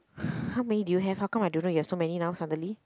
how many do you have how come I don't know you have so many now suddenly